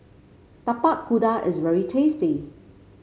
Tapak Kuda is very tasty